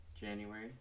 January